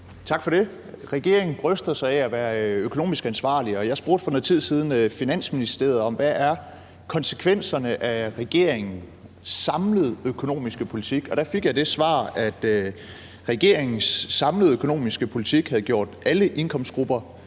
Tak for det. Regeringen bryster sig af at være økonomisk ansvarlig, og jeg spurgte for noget tid siden Finansministeriet, hvad konsekvenserne af regeringens samlede økonomiske politik er. Og der fik jeg det svar, at regeringens samlede økonomiske politik havde gjort alle indkomstgrupper